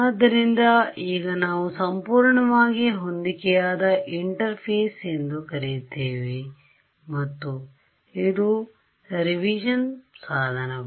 ಆದ್ದರಿಂದ ಈಗ ನಾವು ಸಂಪೂರ್ಣವಾಗಿ ಹೊಂದಿಕೆಯಾದ ಇಂಟರ್ಫೇಸ್ ಎಂದು ಕರೆಯುತ್ತೇವೆ ಮತ್ತು ಇದು ಪರಿಷ್ಕರಣೆ ಸಾಧನಗಳು